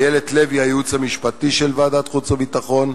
לאיילת לוי מהייעוץ המשפטי של ועדת החוץ והביטחון,